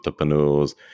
entrepreneurs